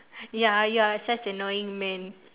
ya you're such an annoying man